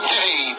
Hey